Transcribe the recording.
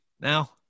now